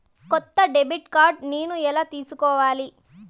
కొత్త debit card నేను ఎలా తీసుకోవాలి?